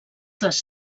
les